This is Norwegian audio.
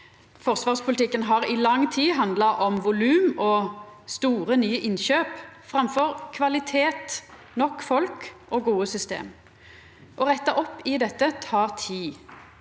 Forsvarspolitikken har i lang tid handla om volum og store, nye innkjøp, framfor kvalitet, nok folk og gode system. Å retta opp i dette tek tid,